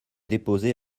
déposé